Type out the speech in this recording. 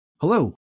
Hello